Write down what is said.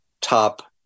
top